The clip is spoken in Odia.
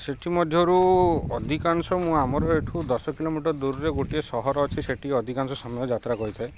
ସେଠି ମଧ୍ୟରୁ ଅଧିକାଂଶ ମୁଁ ଆମର ଏଠୁ ଦଶ କିଲୋମିଟର୍ ଦୂରରେ ଗୋଟିଏ ସହର ଅଛି ସେଠି ଅଧିକାଂଶ ସମୟ ଯାତ୍ରା କରିଥାଏ